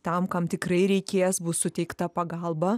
tam kam tikrai reikės bus suteikta pagalba